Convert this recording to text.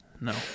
no